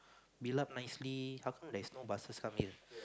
build up nicely how come there's no buses come in